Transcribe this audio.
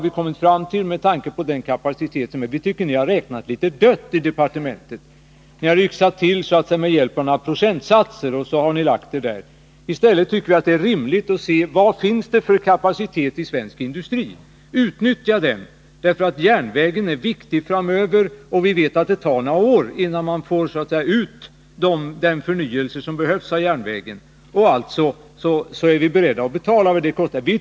Vi tycker regeringen har räknat för stelt, arbetat med några procentsatser, i stället för att se vilken kapacitet svensk industri har och utnyttja den för järnvägarna. Vi vet att det tar några år innan man får ut den förnyelse som behövs, och därför är vi beredda att betala vad det kostar för att få i gång förnyelsen.